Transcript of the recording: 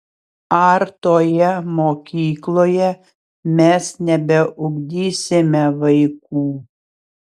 ar toje mokykloje mes nebeugdysime vaikų